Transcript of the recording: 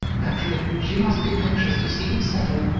naturally she must be anxious to see him settled.